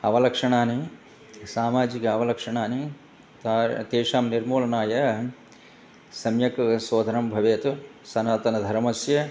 अवलक्षणानि सामाजिक अवलक्षणानि तां तेषां निर्मूलनाय सम्यक् शोधनं भवेत् सनातनधर्मस्य